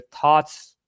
thoughts